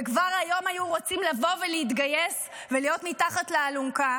וכבר היום היו רוצים לבוא ולהתגייס ולהיות מתחת לאלונקה.